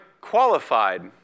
qualified